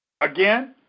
again